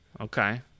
Okay